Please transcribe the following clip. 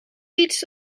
eats